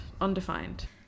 undefined